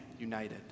united